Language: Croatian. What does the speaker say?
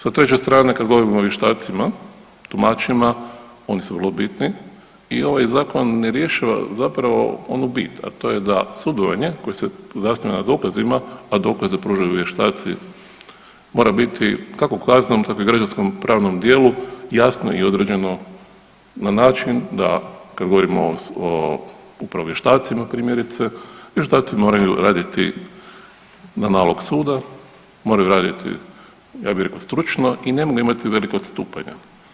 Sa treće strane kad govorimo o vještacima, tumačima oni su vrlo bitni i ovaj zakon ne rješava zapravo onu bit, a to je da sudovanje koje se zasniva na dokazima, a dokaze pružaju vještaci mora biti kako u kaznenom tako i u građanskom pravnom dijelu jasno i određeno na način, kad govorimo upravo o vještacima primjerice, vještaci moraju raditi na nalog suda, moraju raditi ja bi rekao stručno i ne mogu imati velika odstupanja.